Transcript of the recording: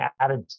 added